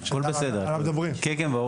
נערכו דיונים משותפים והגענו למסקנות בנוגע לדרכי